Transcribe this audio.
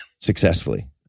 Successfully